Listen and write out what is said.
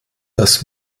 das